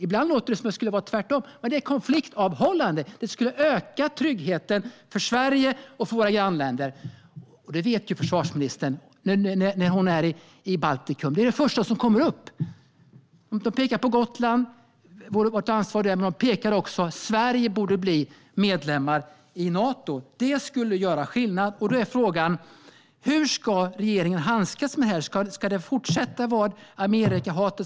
Ibland låter det som att det skulle vara tvärtom. Men det är konfliktavhållande. Det skulle öka tryggheten för Sverige och för våra grannländer. Ministern vet hur det är när hon är i Baltikum. Det här är det första som kommer upp. De pekar på Gotland och vårt ansvar där, men de pekar också på att Sverige borde bli medlem i Nato. Det skulle göra skillnad. Då är frågan: Hur ska regeringen handskas med det här? Ska det fortsätta att vara ett Amerikahat?